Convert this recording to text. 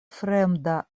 fremda